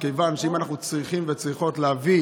מכיוון שאם אנחנו צריכים וצריכות להביא